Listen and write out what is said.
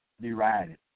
derided